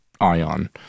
Ion